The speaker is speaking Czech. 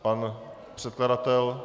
Pan předkladatel?